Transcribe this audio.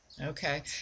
okay